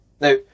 Now